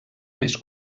més